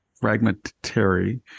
fragmentary